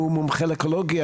שהוא מומחה לאקולוגיה.